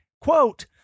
Quote